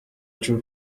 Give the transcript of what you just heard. true